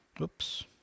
Oops